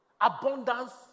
abundance